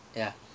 ya